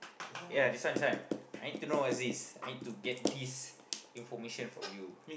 yeah this one this one I need to know what's this I need to get this information from you